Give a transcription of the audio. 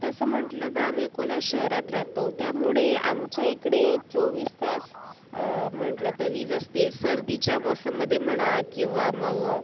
तसं म्हंटलं तर आम्ही अकोला शहरात रातो त्यामुळे आमच्या इकडे चोवीस तास म्हंटलं तर वीज असते सर्दीच्या मोसममध्ये म्हणा किंवा मग